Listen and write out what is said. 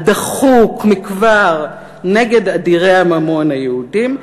הדחוק מכבר נגד אדירי הממון היהודים.